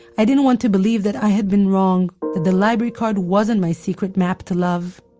i didn't want to believe that i had been wrong. that the library card wasn't my secret map to love